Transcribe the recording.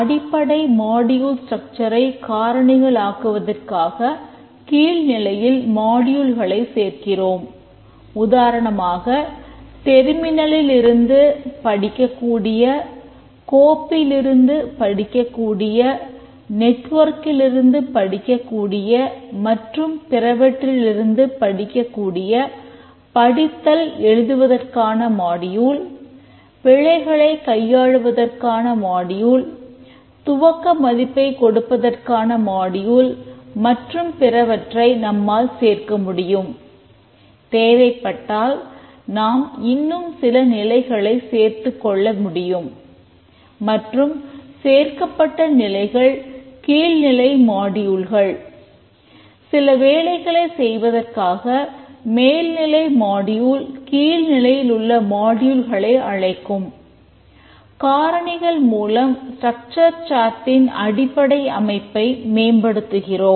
அடிப்படை மாடியூல் ஸ்ட்ரக்சரை அடிப்படை அமைப்பை மேம்படுத்துகிறோம்